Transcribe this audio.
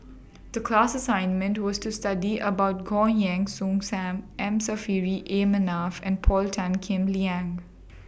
The class assignment was to study about Goh Heng Soon SAM M Saffri A Manaf and Paul Tan Kim Liang